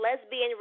lesbian